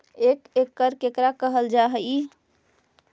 एक एकड़ केकरा कहल जा हइ?